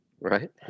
right